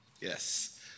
Yes